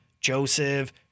Joseph